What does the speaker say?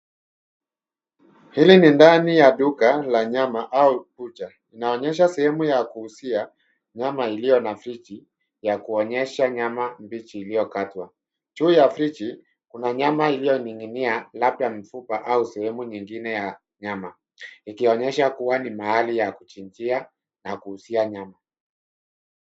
Hili ni ndani ya duka la nyama au butcher . Inaonyesha sehemu ya kuuzia nyama iliyo na friji ya kuonyesha nyama mbichi iliyokatwa. Juu ya friji, kuna nyama iliyoning'inia labda mfupa au sehemu nyingine ya nyama, ikionyesha kuwa ni mahali ya kuchinjia na kuuzia nyama.